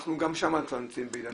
אנחנו גם שם נמצאים בעידן אחר.